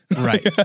Right